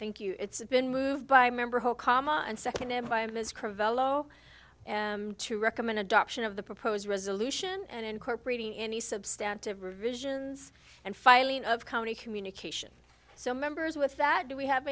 thank you it's been moved by member hope comma and second and via his career velo to recommend adoption of the proposed resolution and incorporating any substantive revisions and filing of county communication so members with that do we have